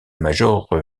major